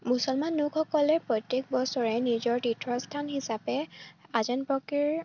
মুছলমান লোকসকলে প্ৰত্যেক বছৰে নিজৰ তীৰ্থস্থান হিচাপে আজান ফকীৰ